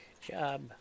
job